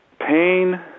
pain